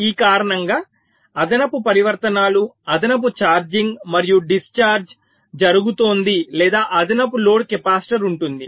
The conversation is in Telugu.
ఈ కారణంగా అదనపు పరివర్తనాలు అదనపు ఛార్జింగ్ మరియు డిశ్చార్జ్ జరుగుతోంది లేదా అదనపు లోడ్ కెపాసిటర్ ఉంటుంది